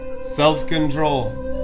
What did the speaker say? self-control